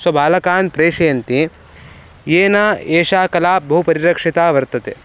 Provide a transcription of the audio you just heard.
स्वबालकान् प्रेषयन्ति येन एषा कला बहुपरिरक्षिता वर्तते